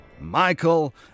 Michael